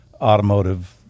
automotive